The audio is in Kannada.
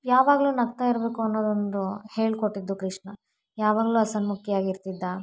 ಯಾವಾಗಲೂ ನಗ್ತಾ ಇರಬೇಕು ಅನ್ನೋದೊಂದು ಹೇಳಿಕೊಟ್ಟಿದ್ದು ಕೃಷ್ಣ ಯಾವಾಗಲೂ ಹಸನ್ಮುಖಿ ಆಗಿರ್ತಿದ್ದ